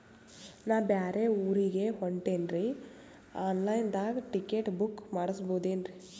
ನಾ ಬ್ಯಾರೆ ಊರಿಗೆ ಹೊಂಟಿನ್ರಿ ಆನ್ ಲೈನ್ ದಾಗ ಟಿಕೆಟ ಬುಕ್ಕ ಮಾಡಸ್ಬೋದೇನ್ರಿ?